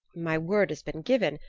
my word has been given,